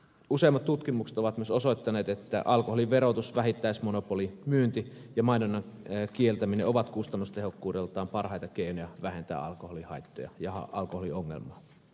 useammat tutkimukset ovat myös osoittaneet että alkoholin verotus vähittäismonopolimyynti ja mainonnan kieltäminen ovat kustannustehokkuudeltaan parhaita keinoja vähentää alkoholihaittoja ja alkoholiongelmaa